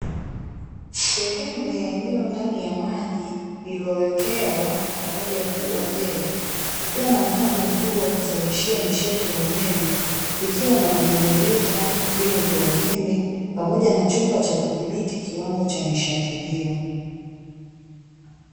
Sehemu ya eneo ndani ya maji lilowekewa daraja kubwa mbele kukiwa na mtambo mkubwa wa kuzalishia nishati ya umeme likiwa na majenereta, vino vya umeme pamoja na chumba cha kudhibiti kiwango cha nishati hiyo.